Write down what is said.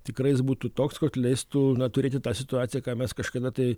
tikrai jis būtų toks kad leistų na turėti tą situaciją ką mes kažkada tai